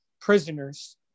prisoners